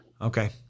okay